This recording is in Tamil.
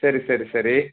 சரி சரி சரி